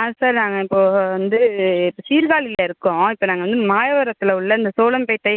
ஆ sir நாங்கள் இப்போ வந்து சீர்காழியில இருக்கோம் இப்போ வந்து நாங்கள் மாயவரத்தில் உள்ள இந்த சோழம்பேட்டை